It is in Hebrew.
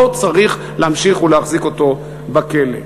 לא צריך להמשיך להחזיק אותו בכלא.